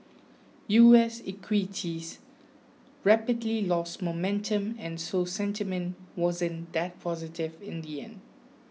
U S equities rapidly lost momentum and so sentiment wasn't that positive in the end